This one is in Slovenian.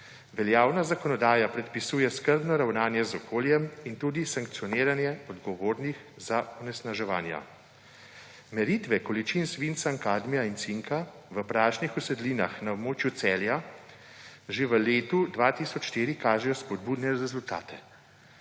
Veljavna zakonodaja predpisuje skrbno ravnanje z okoljem in tudi sankcioniranje odgovornih za onesnaževanja. Meritve količin svinca in kadmija in cinka v prašnih usedlinah na območju Celja že v letu 2004 kažejo spodbudne rezultate,